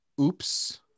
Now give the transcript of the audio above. oops